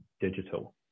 digital